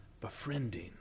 befriending